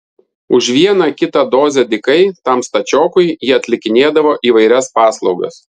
už vieną kitą dozę dykai tam stačiokui jie atlikinėdavo įvairias paslaugas